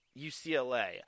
UCLA